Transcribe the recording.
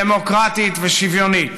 דמוקרטית ושוויונית.